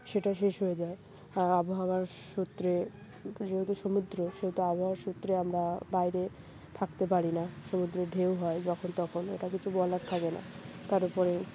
সেটা শেষ হয়ে যায় আর আবহাওয়ার সূত্রে যেহেতু সমুদ্র সেহেতু আবহাওয়ার সূত্রে আমরা বাইরে থাকতে পারি না সমুদ্রে ঢেউ হয় যখন তখন ওটা কিছু বলার থাকে না তার ওপরে